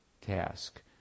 task